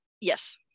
Yes